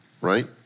Right